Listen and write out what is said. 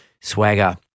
swagger